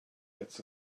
gets